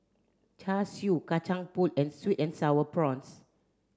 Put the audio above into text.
char siu kacang pool and sweet and sour prawns